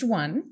one